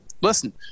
listen